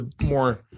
more